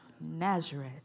Nazareth